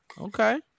okay